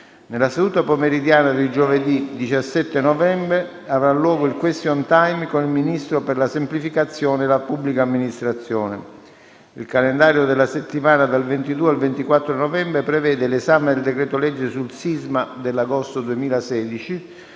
Nella seduta pomeridiana di giovedì 17 novembre avrà luogo il *question time* con il Ministro per la semplificazione e la pubblica amministrazione. Il calendario della settimana dal 22 al 24 novembre prevede l'esame del decreto-legge sul sisma dell'agosto 2016